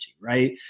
right